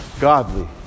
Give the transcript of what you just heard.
godly